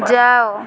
ଯାଅ